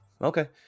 Okay